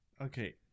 Okay